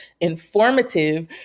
informative